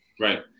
Right